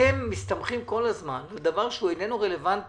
אתם כל הזמן מסתמכים על דבר שהוא איננו רלוונטי